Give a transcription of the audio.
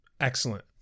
Excellent